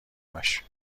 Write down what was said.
باش